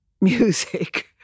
music